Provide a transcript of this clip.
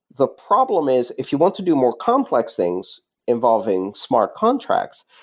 the problem is if you want to do more complex things involving smart contracts,